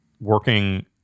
working